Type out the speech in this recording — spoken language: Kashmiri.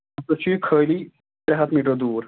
تَتھ پٮ۪ٹھ چھُ یہِ خٲلی ترٛےٚ ہَتھ میٖٹر دوٗر